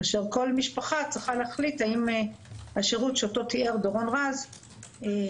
כל משפחה צריכה להחליט האם השירות שאותו תיאר דורון רז הוא